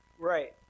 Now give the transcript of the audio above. Right